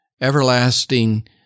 everlasting